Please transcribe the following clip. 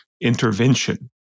intervention